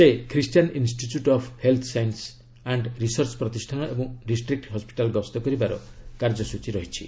ସେ Christian institute of health sciences and research ପ୍ରତିଷାନ ଏବଂ ଡିଷ୍ଟ୍ରିକ୍ ହସ୍କିଟାଲ ଗସ୍ତ କରିବାର କାର୍ଯ୍ୟସ୍ତ୍ରୀ ରହିଛି